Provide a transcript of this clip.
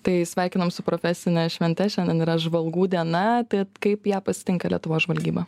tai sveikinam su profesine švente šiandien yra žvalgų diena tad kaip ją pasitinka lietuvos žvalgyba